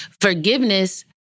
forgiveness